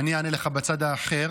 אני אענה לך בצד האחר.